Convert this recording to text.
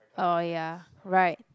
orh ya right